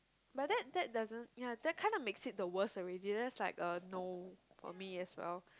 but that that doesn't ya that kind of makes it the worst already that's like a no for me as well